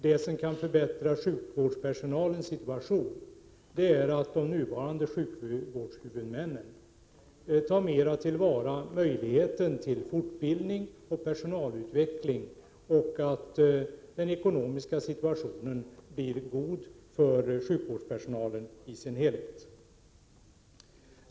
Vad som kan förbättra sjukvårdspersonalens situation är att de nuvarande sjukvårdshuvudmännen mera tar till vara möjligheten till fortbildning och personalutveckling och att den ekonomiska situationen blir god för sjukvårdspersonalen i dess helhet.